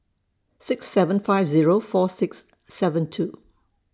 six seven five Zero four six seven two